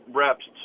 reps